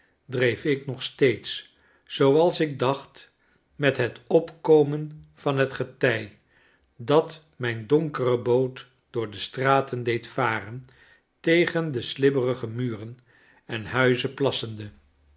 dreef ik nog steeds zooals ik dacht met het opkomen van het getij dat mijn donkere boot door de straten deed varen tegen de slibberige muren en huizen plassende